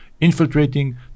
infiltrating